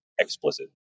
explicit